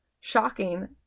shocking